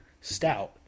stout